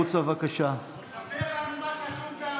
קריאה שלישית.